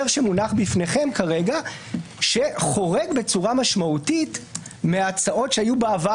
שמונח בפניכם כרגע שחורג בצורה משמעותית מההצעות שהיו בעבר